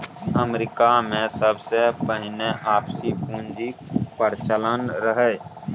अमरीकामे सबसँ पहिने आपसी पुंजीक प्रचलन रहय